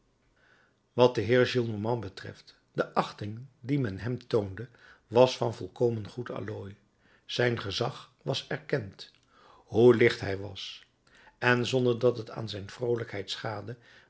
wat den heer gillenormand betreft de achting die men hem toonde was van volkomen goed allooi zijn gezag was erkend hoe licht hij was en zonder dat het aan zijn vroolijkheid schaadde